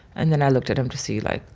and then i looked at him to see, like,